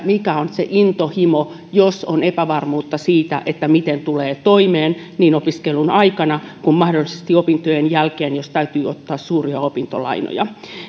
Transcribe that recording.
mikä on se intohimo jos on epävarmuutta siitä siitä miten tulee toimeen niin opiskelun aikana kuin mahdollisesti opintojen jälkeen jos täytyy ottaa suuria opintolainoja